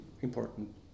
important